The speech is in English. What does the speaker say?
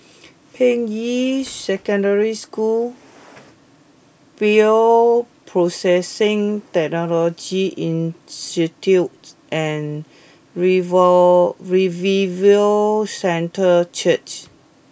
Ping Yi Secondary School Bioprocessing Technology Institute and Revo Revival Centre Church